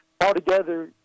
altogether